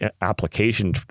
application